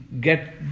get